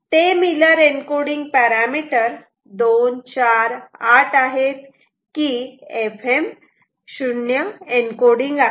आणि ते Miller encoding parameter 2 4 8 आहेत की fm 0 एनकोडिंग आहेत